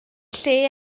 lle